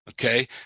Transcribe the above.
Okay